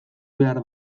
behar